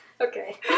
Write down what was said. Okay